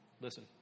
Listen